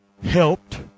Helped